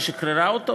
ששחררה אותו,